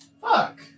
fuck